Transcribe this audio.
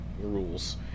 rules